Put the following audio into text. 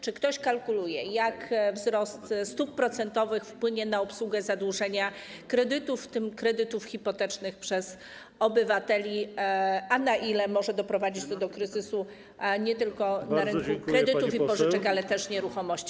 Czy ktoś kalkuluje, jak wzrost stóp procentowych wpłynie na obsługę zadłużenia kredytów, w tym kredytów hipotecznych przez obywateli, a na ile może doprowadzić to do kryzysu nie tylko na rynku kredytów i pożyczek, ale też nieruchomości?